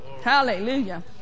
Hallelujah